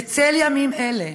בצל הימים האלה,